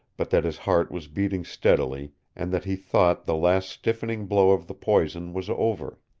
but that his heart was beating steadily and that he thought the last stiffening blow of the poison was over.